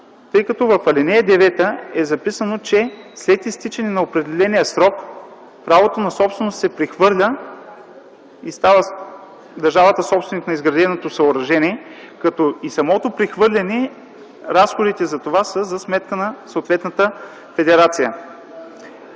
Тъй като в ал. 9 е записано, че след изтичане на определения срок правото на собственост се прехвърля и държавата става собственик на изграденото съоръжение, разходите за самото прехвърляне са за сметка на съответната федерация.